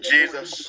Jesus